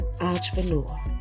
entrepreneur